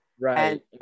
right